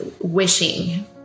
wishing